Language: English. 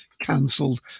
cancelled